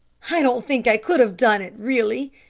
i don't think i could have done it really,